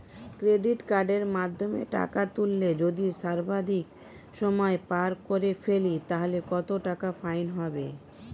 Credit কার্ডের মাধ্যমে টাকা তুললে যদি সর্বাধিক সময় পার করে ফেলি তাহলে কত টাকা ফাইন হবে?